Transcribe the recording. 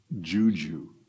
juju